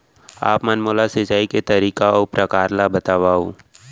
आप मन मोला सिंचाई के तरीका अऊ प्रकार ल बतावव?